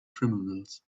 criminals